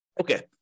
Okay